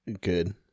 good